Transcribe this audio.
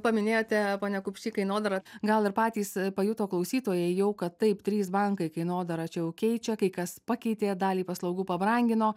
paminėjote pone kupši kainodarą gal ir patys pajuto klausytojai jau kad taip trys bankai kainodarą čia jau keičia kai kas pakeitė dalį paslaugų pabrangino